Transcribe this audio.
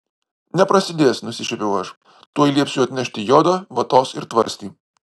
neprasidės nusišiepiau aš tuoj liepsiu atnešti jodo vatos ir tvarstį